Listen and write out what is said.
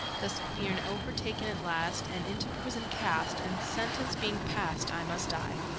thus being o'er-taken at last, and into prison cast, and sentence being passed, i must die.